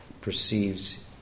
perceives